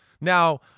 Now